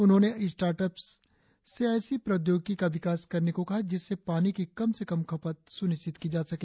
उन्होंने स्टार्टअप्स से ऐसी प्रोद्योगिकी का विकास करने को कहा जिससे पानी की कम से कम खपत सुनिश्चित की जा सके